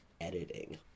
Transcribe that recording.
editing